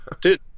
dude